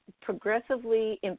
progressively